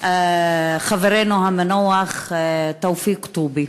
חברנו המנוח תופיק טובי.